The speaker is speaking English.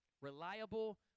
Reliable